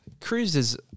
cruises